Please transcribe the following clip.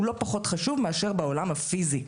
הוא לא פחות חשוב מאשר בעולם הפיזי,